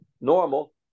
normal